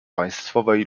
państwowej